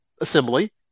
Assembly